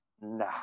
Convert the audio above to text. Nah